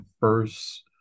first